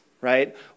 right